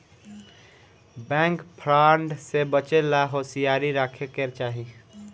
bank fraud से बचे ला होसियारी राखे के चाही